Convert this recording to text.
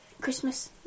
Christmas